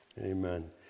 Amen